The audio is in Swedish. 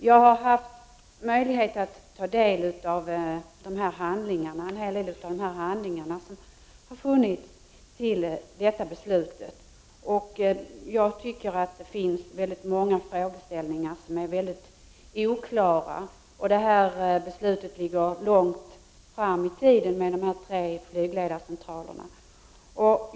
Jag har haft möjlighet att ta del av många av de handlingar som har legat till grund för beslutet. Många frågeställningar är mycket oklara. Verkställandet av beslutet beträffande de tre flygledarcentralerna ligger långt fram i tiden.